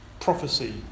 prophecy